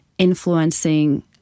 influencing